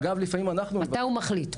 מתי הוא מחליט?